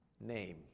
name